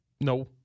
no